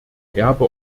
erbe